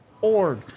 org